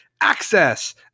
access